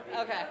Okay